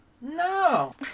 no